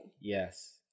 Yes